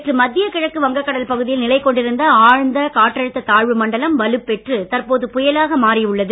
நேற்று மத்திய கிழக்கு வங்கக் கடல் பகுதியில் நிலை கொண்டிருந்த ஆழ்ந்த காற்றழுத்த தாழ்வு மண்டலம் வலுப்பெற்று தற்போது புயலாக மாறி உள்ளது